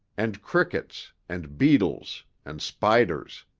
and crickets, and beetles, and spiders